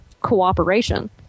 cooperation